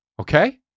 Okay